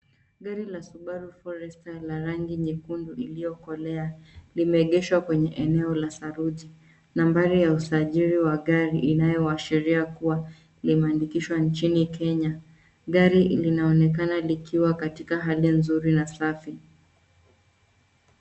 Gari la Subaru forester la rangi nyekundu iliyokolea limeegeshwa kwenye eneo la saruji. Nambari ya usajili wa gari inayoashiria kuwa limeandikishwa nchini Kenya. Gari linaonekana likiwa katika hali nzuri na safi.